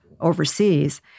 overseas